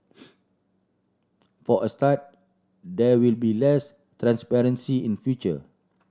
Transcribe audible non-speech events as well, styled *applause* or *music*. *noise* for a start there will be less transparency in future